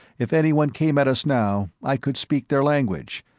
if anyone came at us now, i could speak their language,